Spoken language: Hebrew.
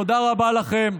תודה רבה לכם.